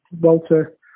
Walter